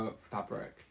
fabric